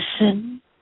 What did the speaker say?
Listen